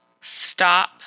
stop